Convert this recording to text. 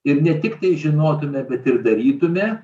ir ne tiktai žinotume bet ir darytume